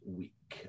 week